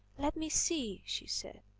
let me see, she said,